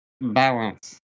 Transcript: balance